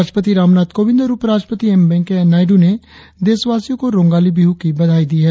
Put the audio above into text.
राष्ट्रपति रामनाथ कोविंद और उपराष्ट्रपति एम वेंकैया नायडू ने देशवासियों को रोंगाली बिहु की बधाई दी है